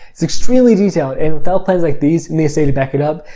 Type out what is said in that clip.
it's extremely detailed and, without plans like these and the esa to back it up,